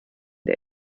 der